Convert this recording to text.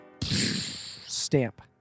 stamp